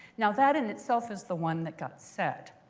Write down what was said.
now that in itself is the one that got said.